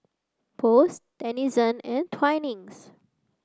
Post Denizen and Twinings